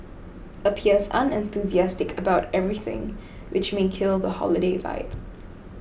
appears unenthusiastic about everything which may kill the holiday vibe